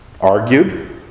argued